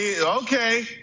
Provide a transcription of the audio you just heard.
Okay